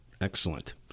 Excellent